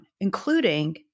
including